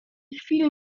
chwili